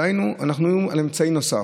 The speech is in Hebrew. דהיינו, אנחנו מדברים על אמצעי נוסף.